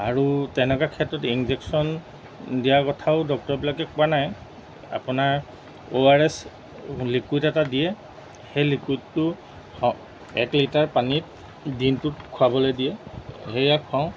আৰু তেনেকুৱা ক্ষেত্ৰত ইঞ্জেকশ্যন দিয়াৰ কথাও ডক্টৰবিলাকে কোৱা নাই আপোনাৰ অ' আৰ এছ লিকুইড এটা দিয়ে সেই লিকুইডটো হ এক লিটাৰ পানীত দিনটোত খুৱাবলৈ দিয়ে সেয়া খুৱাওঁ